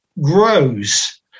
grows